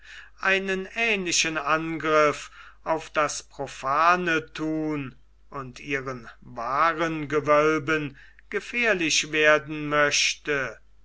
einen ähnlichen angriff auf das profane thun und ihren waarengewölben gefährlich werden möchte